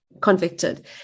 convicted